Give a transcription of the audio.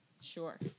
Sure